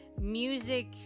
music